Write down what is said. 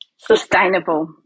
Sustainable